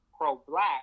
pro-black